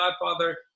godfather